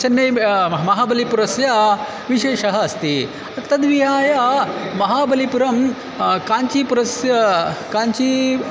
चेन्नै महाबलिपुरस्य विशेषः अस्ति तद्विहाय महाबलिपुरं काञ्चीपुरस्य काञ्ची